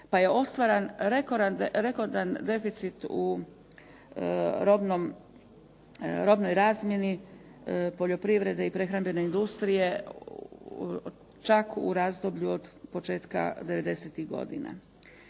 pa je ostvaren rekordan deficit u robnoj razmjeni poljoprivrede i prehrambene industrije čak u razdoblju od početka devedesetih